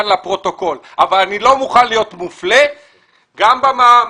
כאן לפרוטוקול אבל אני לא מוכן להיות מופלה גם במע"מ,